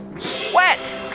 Sweat